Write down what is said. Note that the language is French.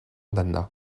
d’anna